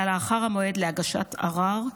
אלא לאחר המועד להגשת ערר,